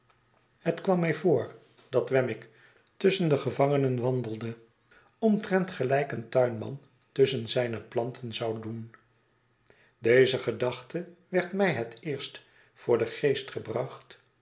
het kwam mij voor dat wemmick tusschen de gevangenen wandelde omtrent erelijk een tuinman tusschen zijne planten zou doen deze gedachte werd mij het eerst voor den geest gebracht